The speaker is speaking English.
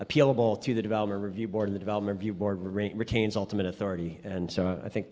appealable to the development review board the development view board retains ultimate authority and so i think